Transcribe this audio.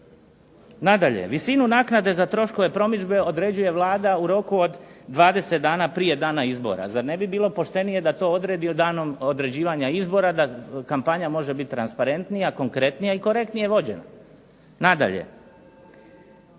Nadalje, visinu naknade za troškove promidžbe određuje Vlada u roku od 20 dana prije dana izbora. Zar ne bi bilo poštenije da to odredi danom određivanja izbora da kampanja može biti transparentnija, konkretnija i korektnije vođena? Nadalje,